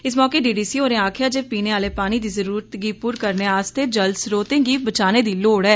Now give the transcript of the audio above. इस मौके डीडीसी होरें आकखेआ जे पीने आले पानी दी जरूरतै गी पूरा करने आस्तै जल स्रोते गी बचाने दी लोड़ ऐ